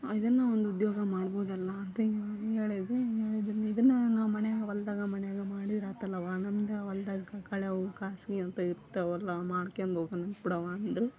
ಇದನ್ನು ಒಂದು ಉದ್ಯೋಗ ಮಾಡ್ಬೋದಲ್ಲ ಅಂತ ಹೇಳಿದೆ ಇದನ್ನ ಇದನ್ನು ನಾವು ಮನೆಯಾಗ ಹೊಲದಾಗ ಮನೆಯಾಗ ಮಾಡಿದರಾಯ್ತಲ್ಲವ್ವ ನಮ್ಮದೇ ಹೊಲದಾಗ ಕಳೆ ಅವು ಕಾಯ್ಸಿ ಅಂತ ಇರ್ತವಲ್ಲ ಮಾಡ್ಕೊಂಡು ಹೋಗೋಣಂತ ಬಿಡವ್ವ ಅಂದರು